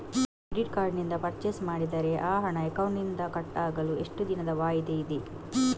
Credit card ನಿಂದ purchase ಮಾಡಿದರೆ ಆ ಹಣ ಅಕೌಂಟಿನಿಂದ ಕಟ್ ಆಗಲು ಎಷ್ಟು ದಿನದ ವಾಯಿದೆ ಇದೆ?